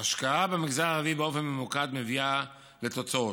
ההשקעה במגזר הערבי באופן ממוקד מביאה תוצאות.